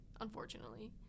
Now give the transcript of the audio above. unfortunately